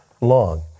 long